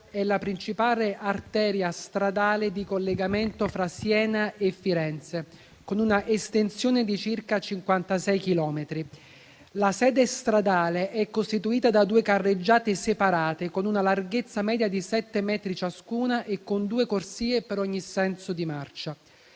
è la principale arteria stradale di collegamento fra Siena e Firenze, con una estensione di circa 56 chilometri. La sede stradale è costituita da due carreggiate separate, con una larghezza media di 7 metri ciascuna e con due corsie per ogni senso di marcia.